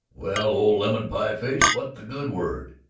well, old lemon-pie-face, what's the good word?